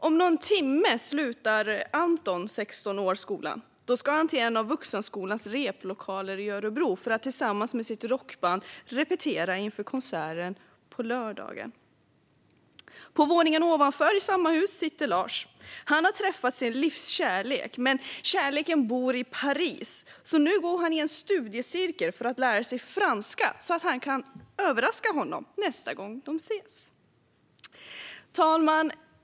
Om någon timme slutar Anton, 16 år, skolan. Då ska han till en av Vuxenskolans replokaler i Örebro för att tillsammans med sitt rockband repetera inför konserten på lördagen. På våningen ovanför i samma hus sitter Lars. Han har träffat sitt livs kärlek. Men kärleken bor i Paris, så nu går han i en studiecirkel för att lära sig franska så att han kan överraska honom nästa gång de ses. Fru talman!